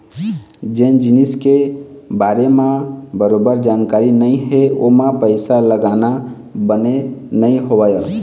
जेन जिनिस के बारे म बरोबर जानकारी नइ हे ओमा पइसा लगाना बने नइ होवय